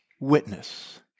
witness